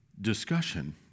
discussion